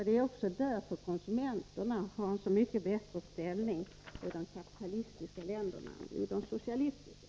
Det är också därför konsumenterna har en så mycket bättre ställning i de kapitalistiska länderna än de har i de socialistiska.